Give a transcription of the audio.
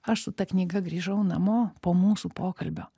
aš su ta knyga grįžau namo po mūsų pokalbio